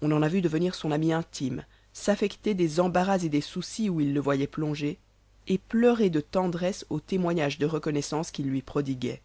on en a vu devenir son ami intime s'affecter des embarras et des soucis où il le voyait plongé et pleurer de tendresse aux témoignages de reconnaissance qu'il lui prodiguait